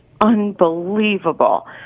unbelievable